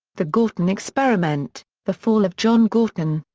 the gorton experiment the fall of john gorton.